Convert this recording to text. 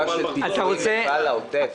מדובר בראייה כוללת של פיצויים לעוטף.